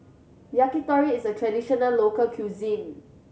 yakitori is a traditional local cuisine